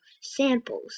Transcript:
samples